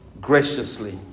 Graciously